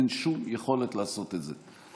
אין שום יכולת לעשות את זה.